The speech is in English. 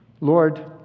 Lord